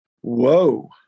whoa